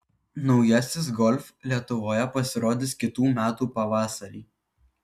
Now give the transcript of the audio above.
naujasis golf lietuvoje pasirodys kitų metų pavasarį